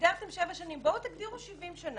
בלי בלמים, בלי איזונים.